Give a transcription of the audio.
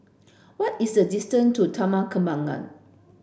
what is the distance to Taman Kembangan